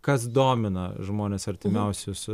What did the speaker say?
kas domina žmones artimiausius